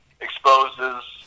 exposes